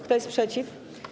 Kto jest przeciw?